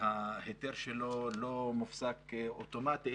ההיתר שלו לא מופסק אוטומטית,